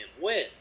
win